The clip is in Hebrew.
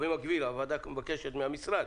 במקביל, הוועדה מבקשת מהמשרד